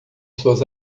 suas